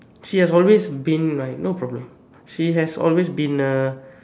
she has always been my no problem she has always been uh